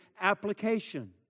application